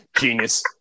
Genius